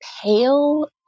pale